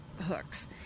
hooks